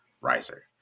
riser